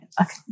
okay